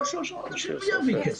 בעוד שלושה חודשים מי יביא כסף?